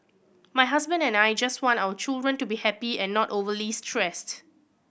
my husband and I just want our children to be happy and not overly stressed